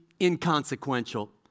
inconsequential